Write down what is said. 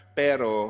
pero